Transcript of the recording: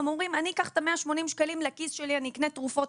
הם אומרים אני אקח את ה- 180 שקלים לכיס שלי ואני אקנה תרופות,